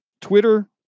Twitter